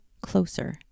closer